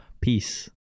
peace